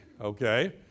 Okay